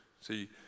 See